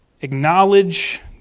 acknowledge